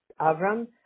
Avram